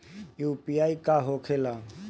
UPI का होखेला?